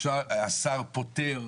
השר פוטר,